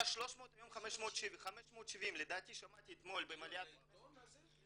היה 300 היום 570. לדעתי שמעתי אתמול --- לעיתון הזה?